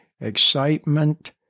excitement